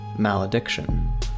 malediction